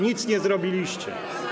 Nic nie zrobiliście.